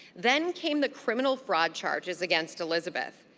then came the criminal fraud charges against elizabeth.